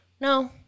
No